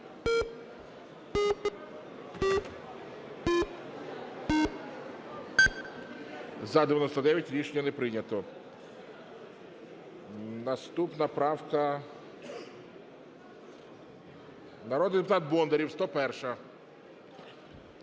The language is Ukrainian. За-99 Рішення не прийнято. Наступна правка - народний депутат Бондарєв, 101.